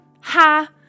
ha